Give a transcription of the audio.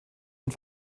und